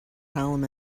column